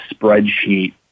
spreadsheet